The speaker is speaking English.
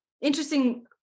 interesting